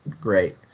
great